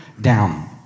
down